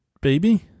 baby